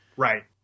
Right